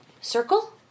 Circle